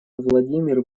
владимир